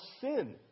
sin